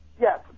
Yes